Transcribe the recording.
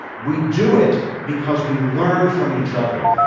we do it because we learn from each other,